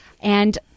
And-